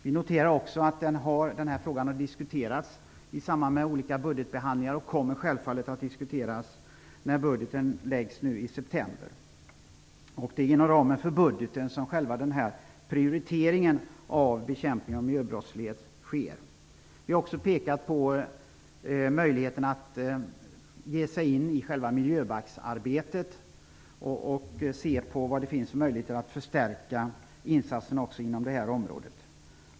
Vi noterar också att denna fråga har diskuterats i samband med olika budgetbehandlingar. Den kommer självfallet att diskuteras när budgeten läggs fram nu i september. Det är inom ramen för budgeten som prioritering av bekämpning av miljöbrottsligheten sker. Vi har också pekat på möjligheten att ge sig in i själva miljöbalksarbetet och se efter vilka möjligheter som finns att förstärka insatserna på detta område.